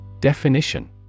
Definition